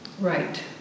right